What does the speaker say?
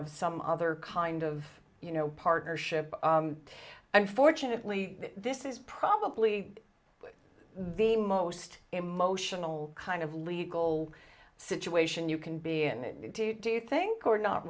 of some other kind of you know partnership unfortunately this is probably the most emotional kind of legal situation you can be in do you think or not